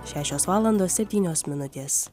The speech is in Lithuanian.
šešios valandos septynios minutės